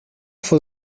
fue